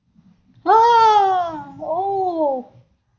!wah! oo